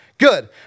Good